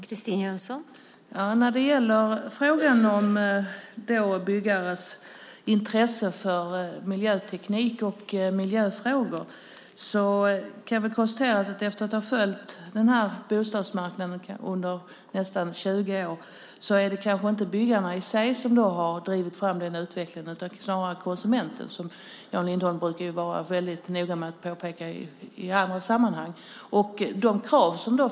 Fru talman! När det gäller frågan om byggares intresse för miljöteknik och miljöfrågor kan jag väl efter att i nästan 20 år ha följt bostadsmarknaden konstatera att det kanske inte är byggarna själva som drivit fram utvecklingen utan snarare konsumenterna, något som Jan Lindholm i andra sammanhang brukar vara noga med att peka på.